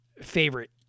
favorite